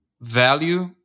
value